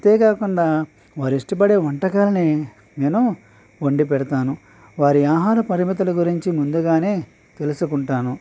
అంతేకాకుండా వారి ఇష్టపడే వంటకాలనే నేను వండి పెడతాను వారి ఆహార పరిమితుల గురించి ముందుగానే తెలుసుకుంటాను